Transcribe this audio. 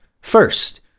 First